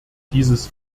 dieses